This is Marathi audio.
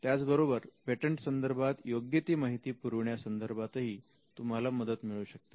त्याचबरोबर पेटंट संदर्भात योग्य ती माहिती पुरविण्या संदर्भातही तुम्हाला मदत मिळू शकते